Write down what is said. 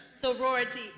Sorority